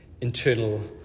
internal